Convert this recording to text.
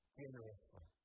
generously